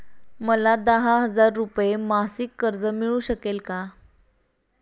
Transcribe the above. मला दहा हजार रुपये मासिक कर्ज मिळू शकेल का?